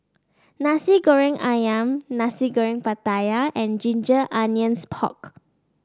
Nasi Goreng ayam Nasi Goreng Pattaya and Ginger Onions Pork